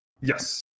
Yes